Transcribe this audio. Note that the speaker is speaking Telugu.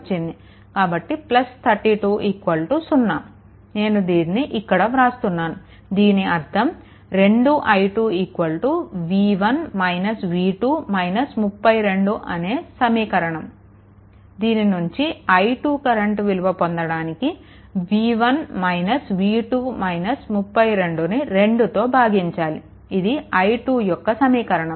కాబట్టి 32 0 నేను దీనిని ఇక్కడ వ్రాస్తున్నాను దీని అర్ధం 2i2 v1 v2 - 32 అనే సమీకరణం నుంచి i2 కరెంట్ విలువ పొందడానికి v1 v2 - 32ను 2తో భాగించాలి ఇది i2 యొక్క సమీకరణం